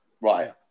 Right